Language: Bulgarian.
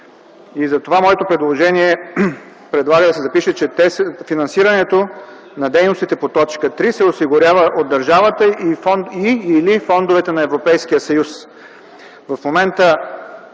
затова моето предложение е да се запише: „Финансирането на дейностите по т. 3 се осигурява от държавата и/или фондовете на Европейския съюз”.